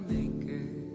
Maker